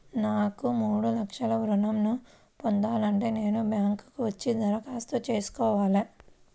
నాకు మూడు లక్షలు ఋణం ను పొందాలంటే నేను బ్యాంక్కి వచ్చి దరఖాస్తు చేసుకోవాలా?